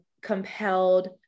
compelled